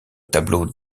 tableau